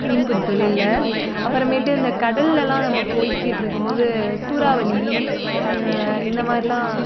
மீன்பிடி தொழில்ல அப்புறமேட்டு இந்த கடல்லலாம் நம்ம போய்க்கிட்டுருக்கும்போது சூறாவளி இந்தமாதிரிலாம்